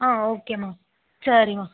ஆ ஓகேம்மா சரிம்மா